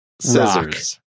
Scissors